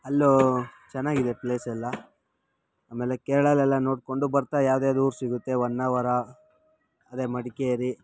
ಅಲ್ಲೂ ಚೆನ್ನಾಗಿದೆ ಪ್ಲೇಸೆಲ್ಲ ಆಮೇಲೆ ಕೇರಳಲೆಲ್ಲಾ ನೋಡ್ಕೊಂಡು ಬರ್ತಾ ಯಾವುದ್ಯಾವ್ದು ಊರು ಸಿಗುತ್ತೆ ಹೊನ್ನಾವರ ಅದೇ ಮಡಿಕೇರಿ